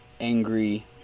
angry